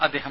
അദ്ദേഹം